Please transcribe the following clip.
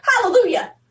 Hallelujah